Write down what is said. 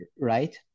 right